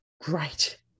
great